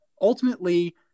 ultimately